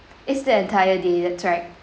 it's the entire day that's right